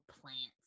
plants